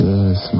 Yes